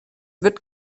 wird